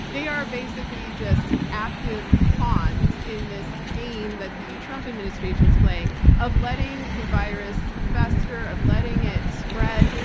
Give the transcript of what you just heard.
they are basically just active pawns in this game that the trump administration is playing of letting the virus fester, of letting it spread,